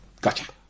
Gotcha